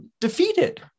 defeated